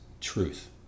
truth